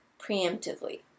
preemptively